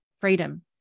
Freedom